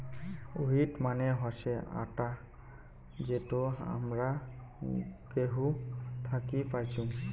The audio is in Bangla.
হুইট মানে হসে আটা যেটো হামরা গেহু থাকি পাইচুং